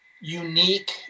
Unique